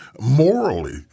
morally